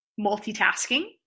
multitasking